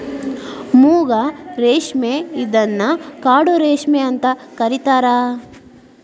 ಮೂಗಾ ರೇಶ್ಮೆ ಇದನ್ನ ಕಾಡು ರೇಶ್ಮೆ ಅಂತ ಕರಿತಾರಾ